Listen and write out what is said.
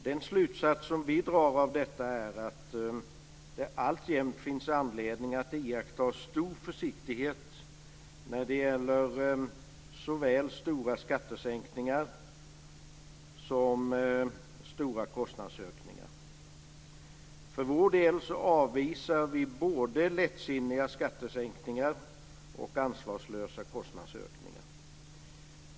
Den slutsats som vi drar av detta är att det alltjämt finns anledning att iaktta stor försiktighet när det gäller såväl stora skattesänkningar som stora kostnadsökningar. För vår del avvisar vi både lättsinniga skattesänkningar och ansvarslösa kostnadsökningar.